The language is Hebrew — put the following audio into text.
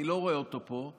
אני לא רואה אותו פה.